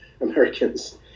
Americans